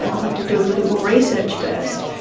and we'll have to do a little bit more research first.